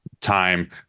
time